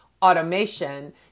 automation